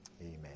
Amen